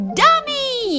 dummy